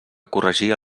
corregia